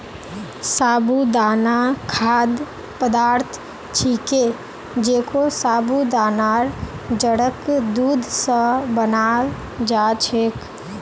साबूदाना खाद्य पदार्थ छिके जेको साबूदानार जड़क दूध स बनाल जा छेक